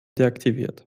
deaktiviert